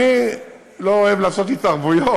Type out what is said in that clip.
אני לא אוהב לעשות התערבויות,